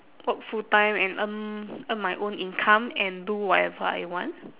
work full time and earn earn my own income and do whatever I want